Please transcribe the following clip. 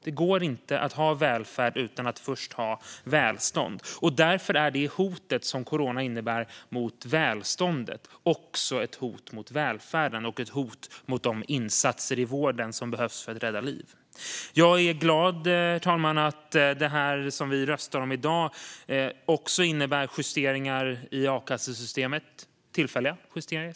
Det går inte att ha välfärd utan att först ha välstånd. Därför är det hot som corona innebär mot välståndet också ett hot mot välfärden och ett hot mot de insatser i vården som behövs för att rädda liv. Jag är glad, herr talman, att det som vi röstar om i dag innebär tillfälliga justeringar i a-kassesystemet.